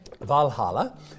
Valhalla